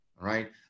right